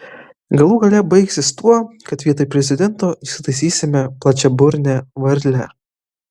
galų gale baigsis tuo kad vietoj prezidento įsitaisysime plačiaburnę varlę